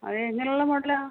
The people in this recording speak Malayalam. അതെ എങ്ങനെയുള്ള മോഡലാണ്